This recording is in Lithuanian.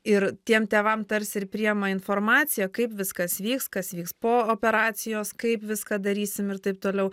ir tiem tėvam tarsi ir priima informaciją kaip viskas vyks kas vyks po operacijos kaip viską darysim ir taip toliau